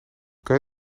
kan